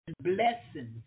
blessings